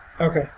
Okay